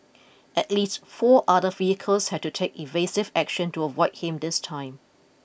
at least four other vehicles had to take evasive action to avoid him this time